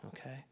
Okay